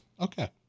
Okay